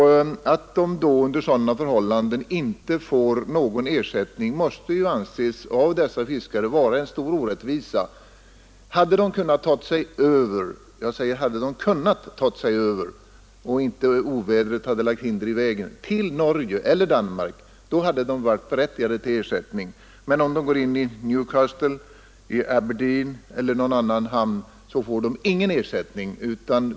Att de under sådana förhållanden inte får någon ersättning måste av dessa fiskare anses som en stor orättvisa. Hade de kunnat ta sig över till Norge eller Danmark — jag säger: hade de kunnat ta sig över — och ovädret inte hade lagt hinder i vägen, hade de varit berättigade till ersättning, men om de går in i Newcastle eller Aberdeen eller någon annan icke skandinavisk hamn får de ingen ersättning.